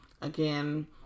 again